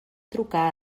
trucar